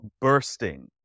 bursting